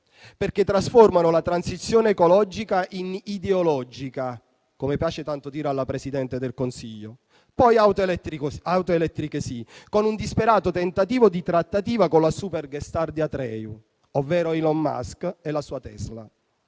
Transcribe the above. perché trasformano la transizione ecologica in ideologica, come piace tanto dire alla Presidente del Consiglio; poi auto elettriche sì, con un disperato tentativo di trattativa con la super *guest star* di Atreju, ovvero Elon Musk e la sua Tesla.